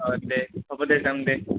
অঁ দে হ'ব দে যাম দে